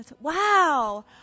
Wow